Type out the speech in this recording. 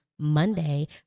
Monday